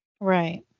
Right